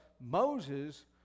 Moses